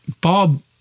Bob